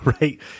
right